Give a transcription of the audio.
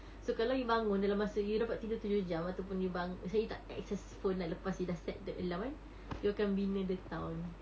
so kalau you bangun dalam masa you dapat tidur tujuh jam ataupun you bang~ pasal you tak access phone dah lepas you dah set the alarm kan you akan bina the town